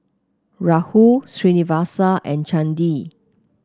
Rahul Srinivasa and Chandi